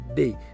day